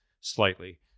slightly